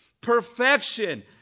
perfection